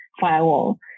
firewall